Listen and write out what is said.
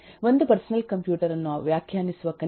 ಒಂದು personal computer ಅನ್ನು ವ್ಯಾಖ್ಯಾನಿಸುವ ಕನಿಷ್ಠ ಘಟಕಗಳು ಇವು